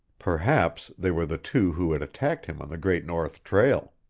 perhaps they were the two who had attacked him on the great north trail.